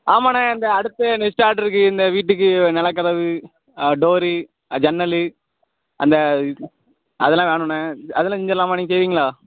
ஆமாண்ணே இந்த அடுத்த நெக்ஸ்ட் ஆட்ருக்கு இந்த வீட்டுக்கு நெலைக்கதவு டோரு ஜன்னலு அந்த அதெல்லாம் வேணுண்ணே அதெல்லா செஞ்சிடலாமா நீங்கள் செய்வீங்களா